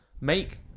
make